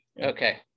Okay